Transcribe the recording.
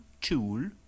tool